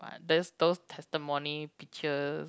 but there's those testimony pictures